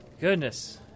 Goodness